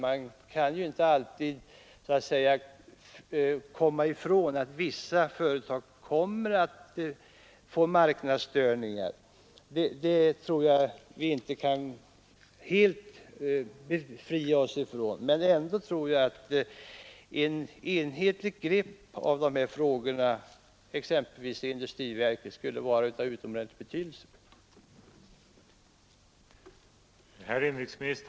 Vi kan inte helt undvika att vissa företag kommer att få marknadsstörningar. Men ändå tror jag att ett enhetligt grepp om dessa frågor, exempelvis i industriverket, skulle vara av utomordentlig betydelse.